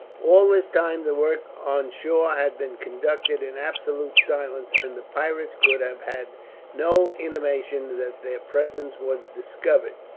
all this time, the work on shore had been conducted in absolute silence, and the pirates could have had no intimation that their presence was discovered.